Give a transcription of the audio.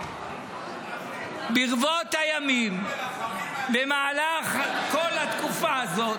ברבות הימים, במהלך כל התקופה הזאת